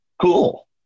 Cool